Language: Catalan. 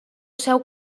seu